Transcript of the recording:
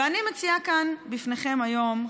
ואני מציעה כאן לפניכם היום,